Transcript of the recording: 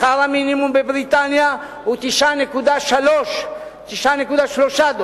שכר המינימום בבריטניה הוא 9.3 דולרים.